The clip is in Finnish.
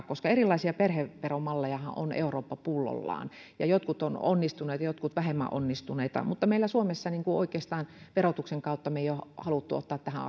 koska erilaisia perheveromallejahan on eurooppa pullollaan ja jotkut ovat onnistuneita jotkut vähemmän onnistuneita mutta meillä suomessa oikeastaan verotuksen kautta me emme ole halunneet ottaa tähän